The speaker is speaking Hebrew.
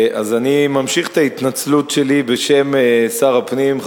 אז אני ממשיך את ההתנצלות שלי בשם שר הפנים,